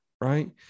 right